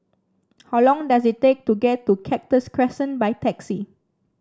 how long does it take to get to Cactus Crescent by taxi